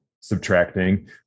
subtracting